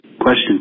Question